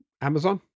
Amazon